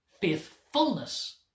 faithfulness